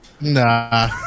Nah